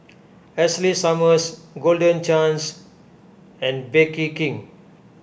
Ashley Summers Golden Chance and Bake King